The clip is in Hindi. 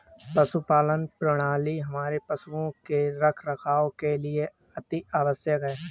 पशुपालन प्रणाली हमारे पशुओं के रखरखाव के लिए अति आवश्यक है